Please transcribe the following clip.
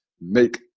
make